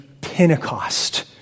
Pentecost